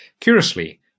Curiously